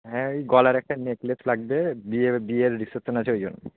হ্যাঁ ওই গলার একটা নেকলেস লাগবে বিয়ে বিয়ের রিসেপশন আছে ওই জন্য